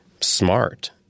smart